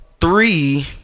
Three